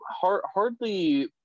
hardly